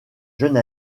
jeune